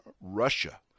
Russia